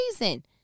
reason